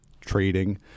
trading